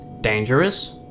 Dangerous